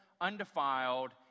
undefiled